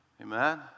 Amen